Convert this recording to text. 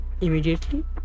immediately